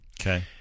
Okay